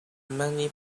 money